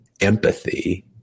empathy